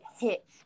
hit